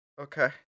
Okay